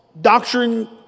Doctrine